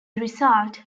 result